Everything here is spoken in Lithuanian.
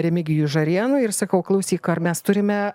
remigijui žarėnui ir sakau klausyk ar mes turime